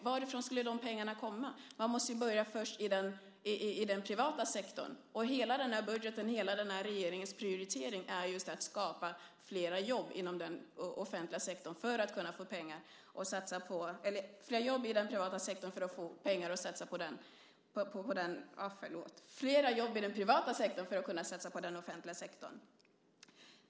Varifrån skulle de pengarna komma? Man måste ju börja i den privata sektorn. Hela den här budgeten och hela den här regeringens prioritering handlar just om att skapa flera jobb inom den privata sektorn för att man ska kunna satsa på den offentliga sektorn.